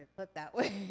but that way.